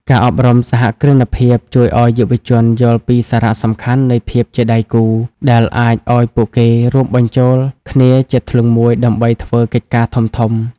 ការអប់រំសហគ្រិនភាពជួយឱ្យយុវជនយល់ពី "សារៈសំខាន់នៃភាពជាដៃគូ" ដែលអាចឱ្យពួកគេរួមបញ្ចូលគ្នាជាធ្លុងមួយដើម្បីធ្វើកិច្ចការធំៗ។